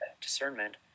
discernment